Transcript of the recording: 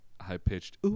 high-pitched